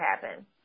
happen